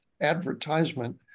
advertisement